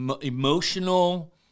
emotional